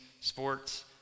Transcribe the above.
sports